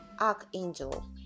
archangel